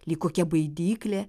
lyg kokia baidyklė